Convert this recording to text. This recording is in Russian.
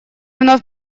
вновь